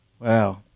Wow